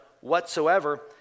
whatsoever